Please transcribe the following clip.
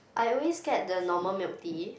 I always get the normal milk tea